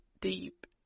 deep